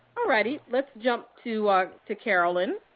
all righty, let's jump to ah to carolyn.